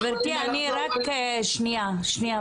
יכולים לחזור --- גבירתי שניה בבקשה.